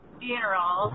funeral